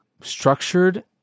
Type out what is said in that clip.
structured